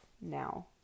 now